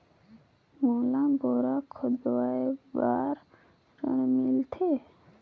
मोला बोरा खोदवाय बार ऋण मिलथे?